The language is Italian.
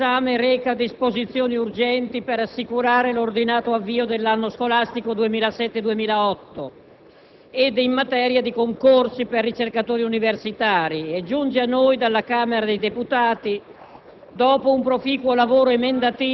il provvedimento al nostro esame reca «Disposizioni urgenti per assicurare l'ordinato avvio dell'anno scolastico 2007-2008 ed in materia di concorsi per ricercatori universitari» e giunge a noi dalla Camera dei deputati